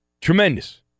Tremendous